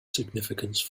significance